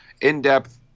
in-depth